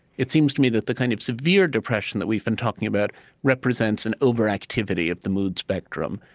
it seems to me that the kind of severe depression that we've been talking about represents an over-activity of the mood spectrum,